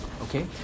okay